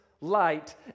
light